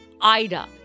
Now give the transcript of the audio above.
Ida